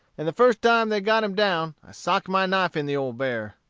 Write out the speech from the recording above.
and the first time they got him down i socked my knife in the old bear.